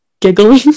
giggling